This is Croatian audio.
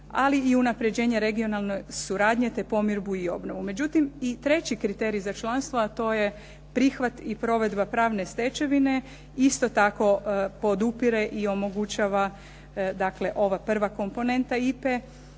ali i unapređenje regionalne suradnje te pomirbu i obnovu. Međutim, i treći kriterij za članstvo a to je prihvat i provedba pravne stečevine isto tako podupire i omogućava dakle ova prva komponenta IPA-e